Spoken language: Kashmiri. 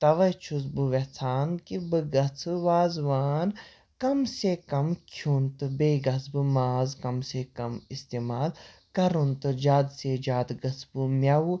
تَوَے چھُس بہٕ ویٚژھان کہِ بہٕ گژھہٕ وازٕوان کم سے کم کھیٚون تہٕ بیٚیہِ گژھہٕ بہٕ ماز کم سے کم اِستعمال کَرُن تہٕ زیادٕ سے زیادٕ گژھہٕ بہٕ میٚوٕ